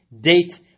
date